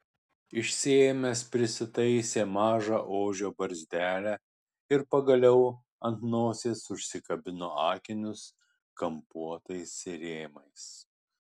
išsiėmęs prisitaisė mažą ožio barzdelę ir pagaliau ant nosies užsikabino akinius kampuotais rėmais